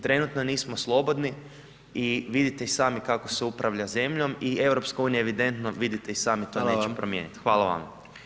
Trenutno nismo slobodni i vidite i sami kako se upravlja zemljom i EU evidentno, vidite i sami to neće promijeniti [[Upadica predsjednik: Hvala vam.]] Hvala vama.